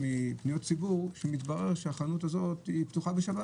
מפניות הציבור מתברר שהחנות הזאת פתוחה בשבת